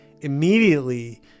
immediately